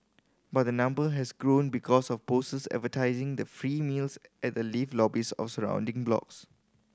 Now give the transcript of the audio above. but the number has grown because of posts advertising the free meals at the lift lobbies of surrounding blocks